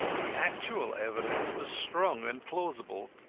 the actual evidence was strong and plausible,